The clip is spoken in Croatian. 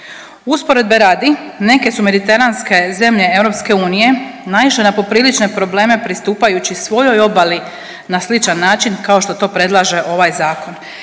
Usporedbe radi, neke su mediteranske zemlje EU naišle na poprilične probleme pristupajući svojoj obali na sličan način kao što to predlaže ovaj Zakon.